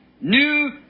new